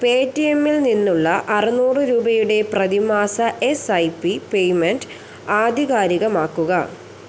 പേടിഎമ്മിൽ നിന്നുള്ള അറുനൂറ് രൂപയുടെ പ്രതിമാസ എസ് ഐ പി പേയ്മെൻ്റ് ആധികാരികമാക്കുക